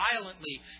violently